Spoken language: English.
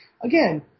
Again